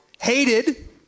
hated